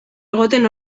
egoten